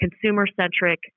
consumer-centric